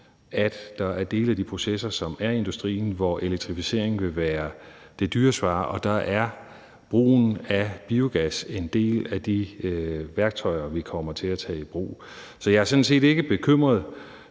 at der er dele af de processer, som er i industrien, hvor elektrificering vil være det dyre svar, og der er biogas en del af de værktøjer, vi kommer til at tage i brug. Så jeg er sådan set ikke bekymret